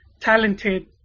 talented